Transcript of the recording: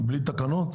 בלי תקנות?